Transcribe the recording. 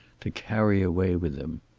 to carry away with him.